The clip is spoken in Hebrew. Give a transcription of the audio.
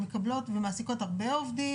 שמקבלות ומעסיקות הרבה עובדים,